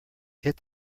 hit